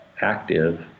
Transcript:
active